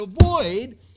avoid